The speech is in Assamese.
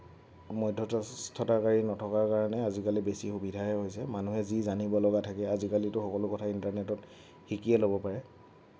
মধ্যস্থতাকাৰী নথকাৰ কাৰণে আজিকালি বেছি সুবিধাহে হৈছে মানুহে যি জানিবলগা কথা থাকে আজিকালিতো সকলো কথা ইণ্টাৰনেটত শিকিয়েই ল'ব পাৰে